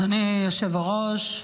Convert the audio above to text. אדוני היושב-ראש,